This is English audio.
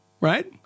right